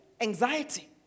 anxiety